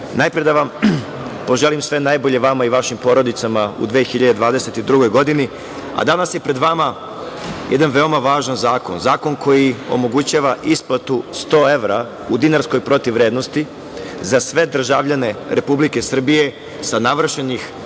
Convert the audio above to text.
najpre da vam poželim sve najbolje vama i vašim porodicama u 2022. godini. Danas je pred vama jedan veoma važan zakon, zakon koji omogućava isplatu 100 evra u dinarskoj protivvrednosti za sve državljane Republike Srbije sa navršenih